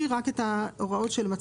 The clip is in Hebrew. בטח אחרי שהוקמה ועדת הבריאות של הכנסת,